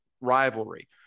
rivalry